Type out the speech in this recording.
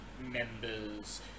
members